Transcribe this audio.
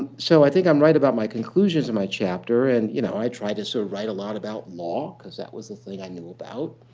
so i think i'm right about my conclusions in my chapter. and you know i tried to so write a lot about law because that was a thing i knew about.